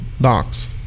Docs